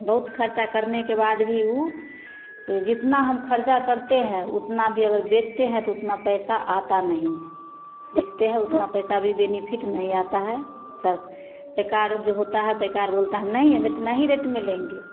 बहुत खर्चा करने के बाद भी उ से जे जिखर्चा करते हैं उतना भी अगर बेचते हैं तो उतना पैसा आता नहीं बेचते हैं उतना पैसा भी बेनिफिट नहीं आता है सब बेकार जो होता है बेकार बोलता है नहीं हम इतना ही रेट में लेंगे